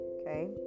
okay